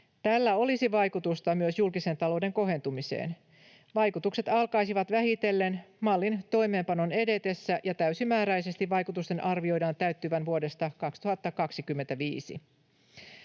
Tällä olisi vaikutusta myös julkisen talouden kohentumiseen. Vaikutukset alkaisivat vähitellen mallin toimeenpanon edetessä, ja täysimääräisesti vaikutusten arvioidaan täyttyvän vuodesta 2025.